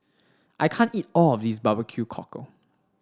I can't eat all of this Barbecue Cockle